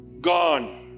gone